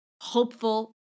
hopeful